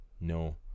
No